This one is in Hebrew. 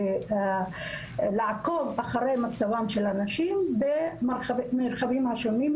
גם לעקוב אחר מצבן של הנשים במרחבים השונים,